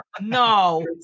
No